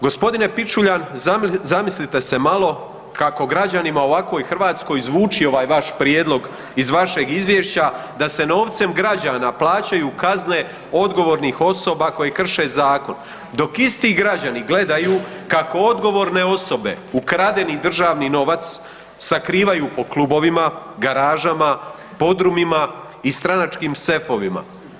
G. Pičuljan, zamislite se malo kako građanima u ovakvoj Hrvatskoj zvuči ovaj vaš prijedlog iz vašeg izvješća da se novcem građana plaćaju kazne odgovornih osoba koje krše zakon, dok isti građani gledaju kako odgovorne osobe ukradeni državni novac sakrivaju po klubovima, garažama, podrumima i stranačkim sefovima.